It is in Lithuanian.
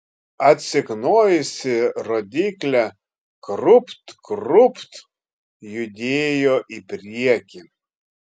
atsiknojusi rodyklė krūpt krūpt judėjo į priekį